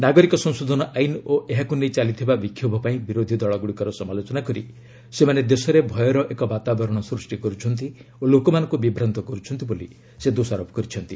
ନାଗରିକ ସଂଶୋଧନ ଆଇନ୍ ଓ ଏହାକୁ ନେଇ ଚାଲିଥିବା ବିକ୍ଷୋଭ ପାଇଁ ବିରୋଧୀ ଦଳଗୁଡ଼ିକର ସମାଲୋଚନା କରି ସେମାନେ ଦେଶରେ ଭୟର ଏକ ବାତାବରଣ ସୃଷ୍ଟି କରୁଛନ୍ତି ଓ ଲୋକମାନଙ୍କୁ ବିଭ୍ରାନ୍ତ କରୁଛନ୍ତି ବୋଲି ସେ ଦୋଷାରୋପ କରିଛନ୍ତି